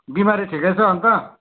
बिमारी ठिकै छ अन्त